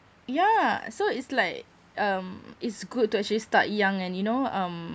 yeah so it's like um it's good to actually start young and you know um